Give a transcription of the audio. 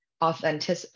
authentic